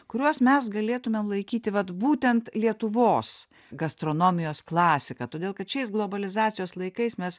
kuriuos mes galėtumėm laikyti vat būtent lietuvos gastronomijos klasika todėl kad šiais globalizacijos laikais mes